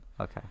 Okay